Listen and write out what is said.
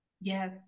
Yes